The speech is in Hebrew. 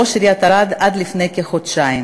ראש עיריית ערד עד לפני כחודשיים.